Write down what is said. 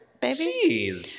Baby